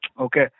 Okay